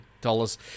dollars